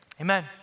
Amen